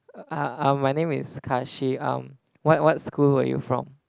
uh uh my name is Kahshee um what what school were you from